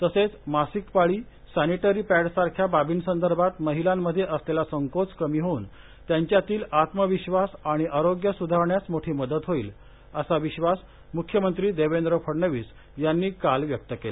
तसेच मासिक पाळी सॅनिटरी पॅडसारख्या बाबीसदर्भात महिलांमध्ये असलेला संकोच कमी होऊन त्यांच्यातील आत्मविश्वास आणि आरोग्य सुधारण्यास मोठी मदत होईल असा विधास मुख्यमंत्री देवेंद्र फडणवीस यांनी काल व्यक्त केला